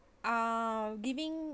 are giving